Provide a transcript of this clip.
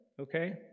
okay